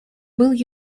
был